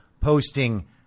posting